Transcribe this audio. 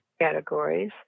categories